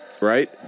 Right